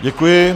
Děkuji.